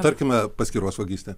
tarkime paskyros vagystė